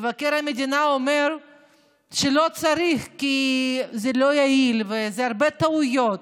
מבקר המדינה אומר שלא צריך כי זה לא יעיל ויש הרבה טעויות,